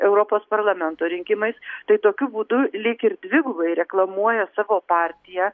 europos parlamento rinkimais tai tokiu būdu lyg ir dvigubai reklamuoja savo partiją